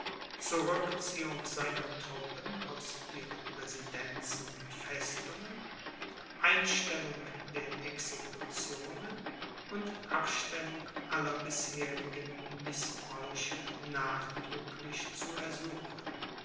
zurückziehung seiner truppen aus ihren residenzen und festungen einstellung der exekutionen und abstellung aller bisherigen mißbräuche nachdrücklich zu ersuchen